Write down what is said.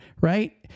right